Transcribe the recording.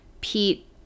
Pete